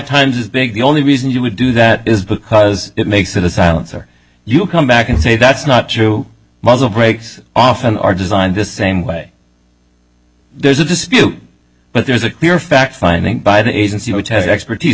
times as big the only reason you would do that is because it makes it a silencer you come back and say that's not true muzzle breaks often are designed the same way there's a dispute but there's a clear fact finding by the agency which has expertise